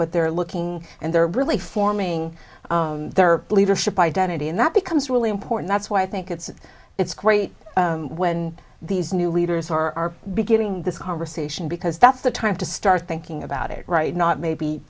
but they're looking and they're really forming their leadership identity and that becomes really important that's why i think it's it's great when these new leaders are beginning this conversation because that's the time to start thinking about it right not maybe